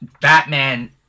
Batman